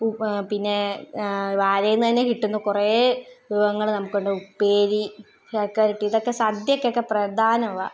പിന്നെ വാഴയിൽനിന്ന് തന്നെ കിട്ടുന്ന കുറേ വിഭവങ്ങൾ നമുക്കുണ്ട് ഉപ്പേരി ചക്കവരട്ടി ഇതൊക്കെ സദ്യക്കൊക്കെ പ്രധാനമാണ്